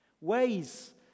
Ways